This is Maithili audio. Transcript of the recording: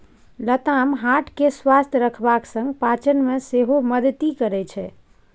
लताम हार्ट केँ स्वस्थ रखबाक संग पाचन मे सेहो मदति करय छै